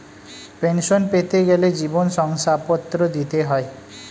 pension পেতে গেলে জীবন শংসাপত্র দিতে হয়